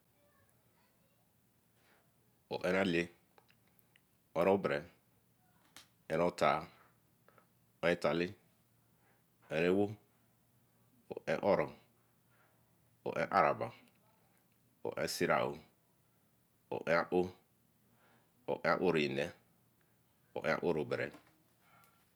Orelenle, orebere, oreotah, oreotale oreawo, ore-oro, orearaba, orecilaoh oreaowe, orean aoene, arean aobere